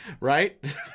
Right